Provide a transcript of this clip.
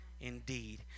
indeed